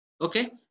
Okay